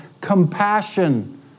compassion